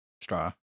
straw